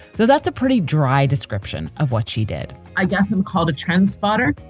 so that's a pretty dry description of what she did i guess i'm called a transporter.